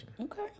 Okay